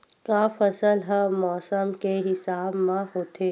का फसल ह मौसम के हिसाब म होथे?